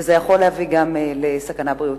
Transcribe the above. וזה יכול להביא גם לסכנה בריאותית.